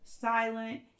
silent